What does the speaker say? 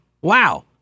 Wow